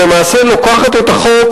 שלמעשה לוקחת את החוק